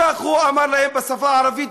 כך הוא אמר להם בשפה הערבית,